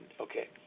Okay